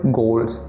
goals